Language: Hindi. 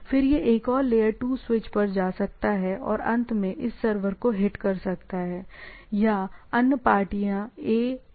फिर यह एक और लेयर 2 स्विच पर जा सकता है और अंत में इस सर्वर को हिट कर सकता है या अन्य पार्टियों A और B को हिट कर सकता है